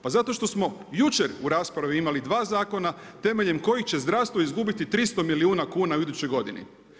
Pa zato što smo jučer u raspravi imali 2 zakona temeljem kojih će zdravstvo izgubiti 300 milijuna kuna u idućoj godini.